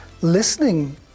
listening